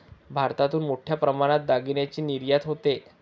भारतातून मोठ्या प्रमाणात दागिन्यांची निर्यात होते